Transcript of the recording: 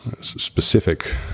specific